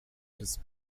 des